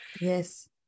yes